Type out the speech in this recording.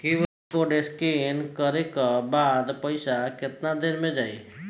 QR code scan न करे क बाद पइसा केतना देर म जाई?